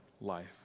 life